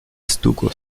estuco